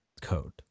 code